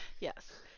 Yes